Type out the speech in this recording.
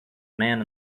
man